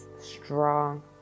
strong